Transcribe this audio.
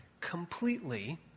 completely